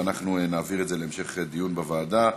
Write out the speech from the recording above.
ואנחנו נעביר את זה להמשך דיון בוועדה.